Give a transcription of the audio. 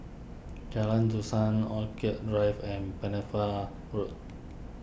Jalan Dusan Orchid Drive and Pennefather Road